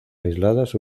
aisladas